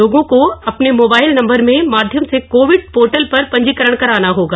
लोगों को अपने मोबाइल नम्बर में माध्यम से कोविन पोर्टल पर पंजीकरण करवाना होगा